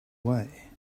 away